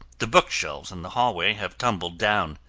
the bookshelves in the hallway have tumbled down.